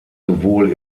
sowohl